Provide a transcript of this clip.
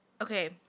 Okay